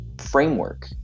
framework